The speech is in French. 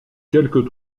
quelques